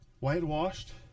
whitewashed